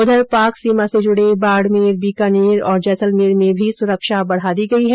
उधर पाक सीमा से जुड़े बाड़मेर बीकानेर और जैसलमेर में भी सुरक्षा बढ़ा दी गई है